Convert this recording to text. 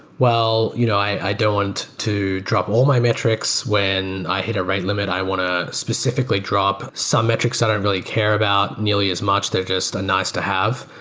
well, you know i don't want to drop all my metrics. when i hit a rate limit, i want to specifically drop some metrics that i don't really care about. nearly as much, they're just nice to have.